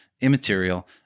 immaterial